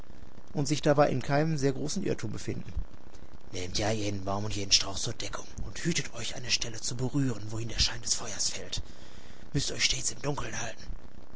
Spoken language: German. und sich dabei in keinem sehr großen irrtum befinden nehmt ja jeden baum und jeden strauch zur deckung und hütet euch eine stelle zu berühren wohin der schein des feuers fällt müßt euch stets im dunkeln halten